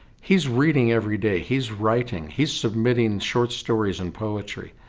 he's reading every day, he's writing, he's submitting short stories and poetry.